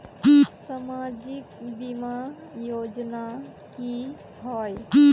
सामाजिक बीमा योजना की होय?